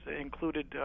included